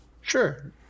sure